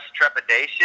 trepidation